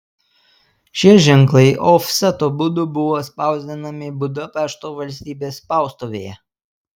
šie ženklai ofseto būdu buvo spausdinami budapešto valstybės spaustuvėje